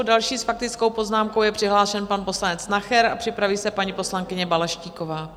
Další s faktickou poznámkou je přihlášen pan poslanec Nacher a připraví se paní poslankyně Balaštíková.